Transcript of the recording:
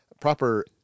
proper